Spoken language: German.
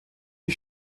die